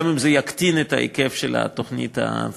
גם אם זה יקטין את ההיקף של התוכנית העתידית.